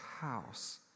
house